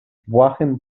błahym